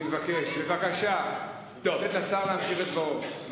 אני מבקש לתת לשר להמשיך את דברו.